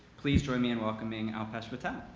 please join me in welcoming alpesh patel.